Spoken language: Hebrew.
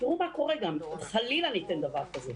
תראו מה קורה גם אם חליל ניתן דבר כזה.